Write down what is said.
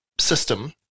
system